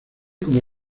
como